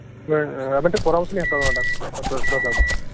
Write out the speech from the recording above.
ᱦᱮᱸ ᱟᱵᱮᱱ ᱴᱷᱮᱡ ᱯᱚᱨᱟᱢᱚᱨᱥᱚᱞᱤᱧ ᱦᱟᱛᱟᱣᱟ ᱰᱟᱠᱛᱟᱨ ᱵᱟᱵᱩ